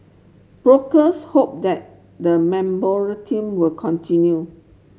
brokers hope that the will continue